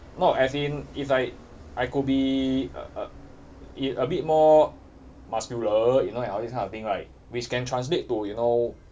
no as in it's like I could be a a bit more muscular you know like all this kind of thing right which can translate to you know